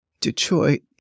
Detroit